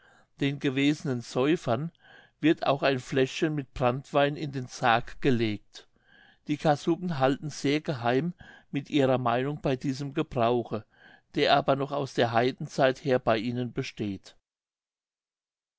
den gewesenen säufern wird auch ein fläschchen mit branndwein in den sarg gelegt die kassuben halten sehr geheim mit ihrer meinung bei diesem gebrauche der aber noch aus der heidenzeit her bei ihnen besteht